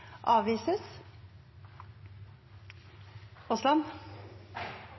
avvises.